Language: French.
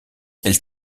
elle